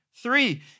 Three